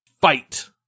Fight